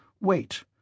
Wait